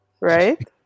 right